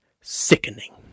sickening